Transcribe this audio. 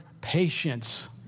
patience